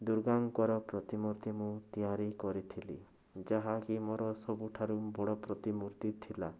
ଦୂର୍ଗାଙ୍କର ପ୍ରତିମୂର୍ତ୍ତି ମୁଁ ତିଆରି କରିଥିଲି ଯାହାକି ମୋର ସବୁଠାରୁ ବଡ଼ ପ୍ରତିମୂର୍ତ୍ତି ଥିଲା